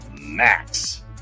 Max